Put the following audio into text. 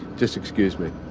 just excuse me.